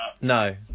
no